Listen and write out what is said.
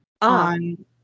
on